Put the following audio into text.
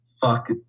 fuck